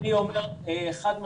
אני אומר חד משמעית,